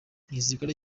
igisirikare